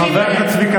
שאתה,